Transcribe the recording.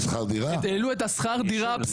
את השכר דירה?